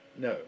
No